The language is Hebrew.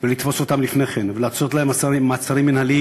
ולתפוס אותם לפני כן ולעשות להם מעצרים מינהליים,